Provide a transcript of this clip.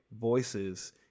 voices